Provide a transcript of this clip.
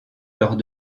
lors